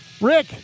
Rick